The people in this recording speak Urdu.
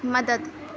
مدد